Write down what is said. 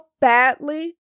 badly